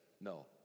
No